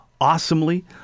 awesomely